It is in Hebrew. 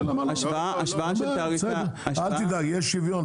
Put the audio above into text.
השוואה --- אל תדאג, יהיה שוויון.